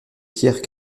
pierres